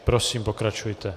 Prosím, pokračujte.